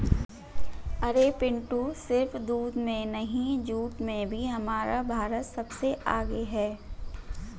अरे पिंटू सिर्फ दूध में नहीं जूट में भी हमारा भारत सबसे आगे हैं